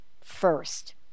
first